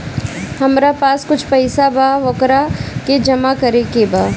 हमरा पास कुछ पईसा बा वोकरा के जमा करे के बा?